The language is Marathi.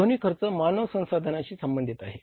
हे दोन्ही खर्च मानव संसाधनाशी संबंधित आहे